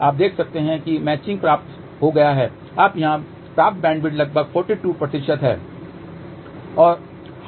आप देख सकते हैं कि मैचिंग प्राप्त हो गया है और यहाँ प्राप्त बैंडविड्थ लगभग 42 है